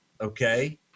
okay